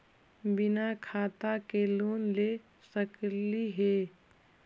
बिना खाता के लोन ले सकली हे?